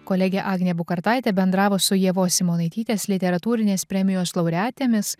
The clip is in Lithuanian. kolegė agnė bukartaitė bendravo su ievos simonaitytės literatūrinės premijos laureatėmis